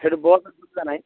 ସେଠୁ ବସ୍ ସୁବିଧା ନାହିଁ